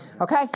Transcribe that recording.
Okay